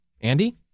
Andy